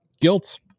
guilt